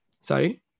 sorry